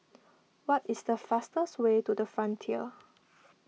what is the fastest way to the Frontier